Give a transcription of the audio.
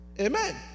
Amen